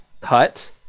cut